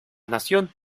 nación